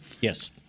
Yes